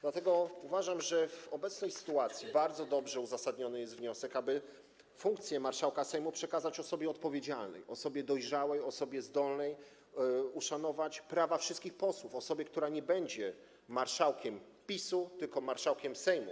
Dlatego uważam, że w obecnej sytuacji bardzo dobrze uzasadniony jest wniosek, aby funkcję marszałka Sejmu przekazać osobie odpowiedzialnej, osobie dojrzałej, osobie zdolnej uszanować prawa wszystkich posłów, osobie, która będzie nie marszałkiem PiS-u, tylko marszałkiem Sejmu.